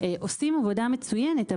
עושים עבודה מצוינת,